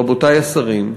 רבותי השרים,